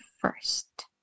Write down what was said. first